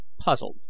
puzzled